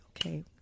Okay